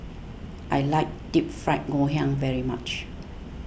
I like Deep Fried Ngoh Hiang very much